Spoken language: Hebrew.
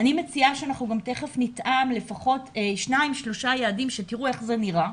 אני מציעה שנטעם לפחות שניים-שלושה יעדים כדי שתראו איך זה נראה.